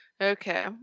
Okay